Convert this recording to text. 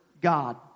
God